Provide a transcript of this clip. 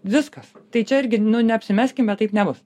viskas tai čia irgi nu neapsimeskime taip nebus